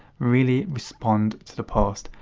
really respond to the post,